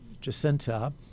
Jacinta